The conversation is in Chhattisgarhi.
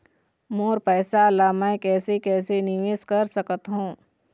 मोर पैसा ला मैं कैसे कैसे निवेश कर सकत हो?